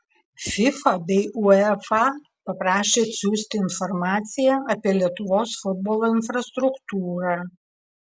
fifa bei uefa paprašė atsiųsti informaciją apie lietuvos futbolo infrastruktūrą